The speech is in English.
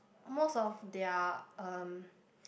most of their um